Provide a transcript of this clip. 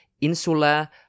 Insula